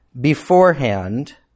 beforehand